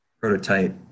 prototype